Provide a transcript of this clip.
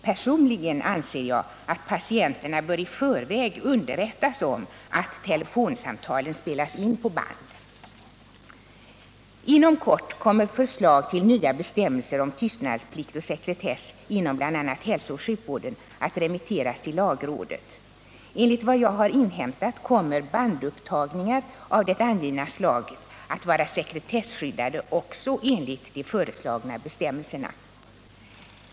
Personligen anser jag att patienterna bör i förväg underrättas om att telefonsamtalen spelas in på band. Inom kort kommer förslag till nya bestämmelser om tystnadsplikt och sekretess inom bl.a. hälsooch sjukvården att remitteras till lagrådet. Enligt vad jag har inhämtat kommer bandupptagningar av det angivna slaget att vara sekretesskyddade också enligt de föreslagna bestämmelserna.